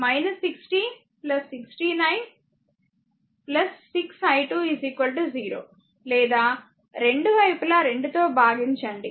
60 16 i 1 6 i2 0 లేదా రెండు వైపులా 2 తో భాగించండి